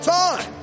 time